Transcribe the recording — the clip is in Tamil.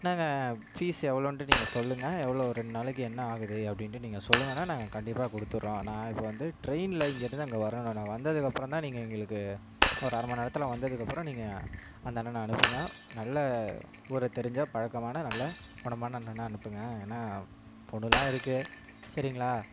நாங்கள் ஃபீஸ் எவ்வளோன்ட்டு நீங்கள் சொல்லுங்க எவ்வளோ ரெண் நாளைக்கு என்ன ஆகுது அப்படின்ட்டு நீங்கள் சொல்லுங்கணே நாங்கள் கண்டிப்பாக கொடுத்துடுறோம் நான் இப்போ வந்து ட்ரெயினில் இங்கேருந்து அங்கே வரணுணே வந்ததுக்கப்புறந்தான் நீங்கள் எங்களுக்கு ஒரு அரை மணி நேரத்தில் வந்ததுக்கப்பறம் நீங்கள் அந்த அண்ணனை அனுப்புங்க நல்ல ஊரை தெரிஞ்ச பழக்கமான நல்ல குணமான அண்ணனாக அனுப்புங்க ஏனால் பொண்ணுலாம் இருக்கு சரிங்களா